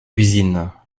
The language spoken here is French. cuisines